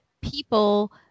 people